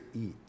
eat